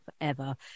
forever